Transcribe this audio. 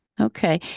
Okay